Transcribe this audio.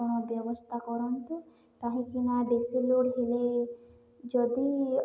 କ'ଣ ବ୍ୟବସ୍ଥା କରନ୍ତୁ କାହିଁକିନା ବେଶୀ ଲୋଡ଼୍ ହେଲେ ଯଦି